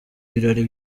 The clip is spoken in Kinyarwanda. ibirori